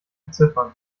beziffern